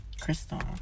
Crystal